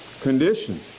condition